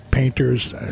Painters